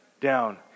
down